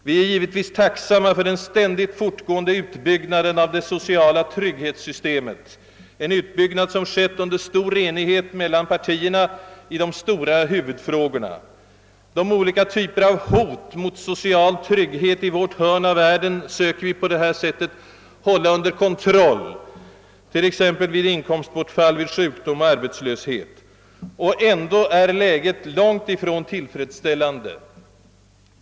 Vi är givetvis tacksamma för den ständigt fortgående utbyggnaden av det sociala trygghetssystemet, en utbyggnad som skett under stor enighet mellan partierna i de stora huvudfrågorna. De olika typerna av hot mot social trygghet i vårt hörn av världen söker vi med detta system hålla under kontroll, t.ex. vid inkomstbortfall vid sjukdom och arbetslöshet. Men ändå är läget långt ifrån tillfredsställande.